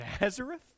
Nazareth